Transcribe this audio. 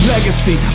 Legacy